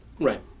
Right